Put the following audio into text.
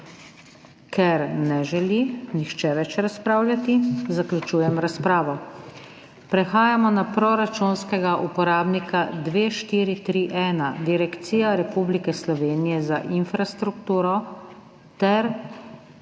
Ker ne želi nihče več razpravljati, zaključujem razpravo. Prehajamo na proračunskega uporabnika 2431 Direkcija Republike Slovenije za infrastrukturo ter na